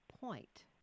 point